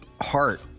heart